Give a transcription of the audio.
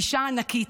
אישה ענקית,